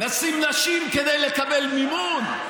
נשׂים נשים כדי לקבל מימון?